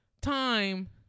time